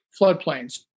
floodplains